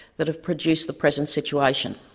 that have produced the present situation.